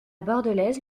bordelaise